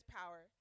power